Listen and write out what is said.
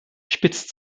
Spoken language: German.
spitzt